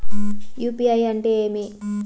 UPI అంటే ఏమి?